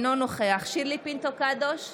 אינו נוכח שירלי פינטו קדוש,